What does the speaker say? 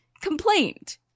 complained